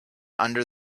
under